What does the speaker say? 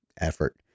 effort